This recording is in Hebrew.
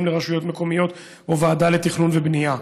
לרשויות מקומיות או לוועדה לתכנון ולבנייה.